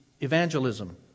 evangelism